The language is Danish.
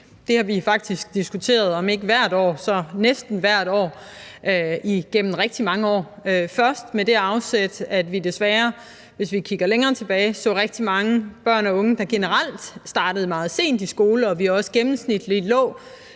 vi har faktisk diskuteret det om ikke hvert år så næsten hvert år igennem rigtig mange år. Først var det med det afsæt, at vi desværre, hvis vi kigger længere tilbage, så rigtig mange børn og unge, der generelt startede meget sent i skole, og vi lå også gennemsnitlig med